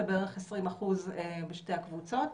זה בערך 20% בשתי הקבוצות.